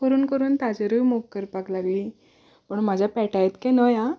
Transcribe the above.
करून करून ताचेरय मोग करपाक लागलीं पूण म्हज्या पेट्या इतकें न्हय हां